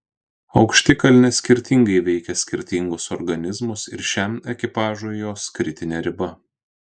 aukštikalnės skirtingai veikia skirtingus organizmus ir šiam ekipažui jos kritinė riba